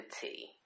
tea